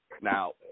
Now